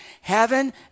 heaven